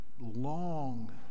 long